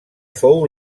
fou